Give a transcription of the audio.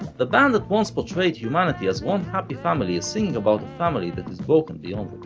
the band that once portrayed humanity as one happy family is singing about a family that is broken beyond